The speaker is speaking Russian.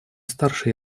старше